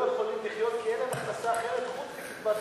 יכולים לחיות כי אין להם הכנסה אחרת חוץ מקצבת זיקנה.